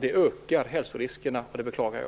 Det ökar riskerna för hälsan, vilket jag beklagar.